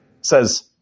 Says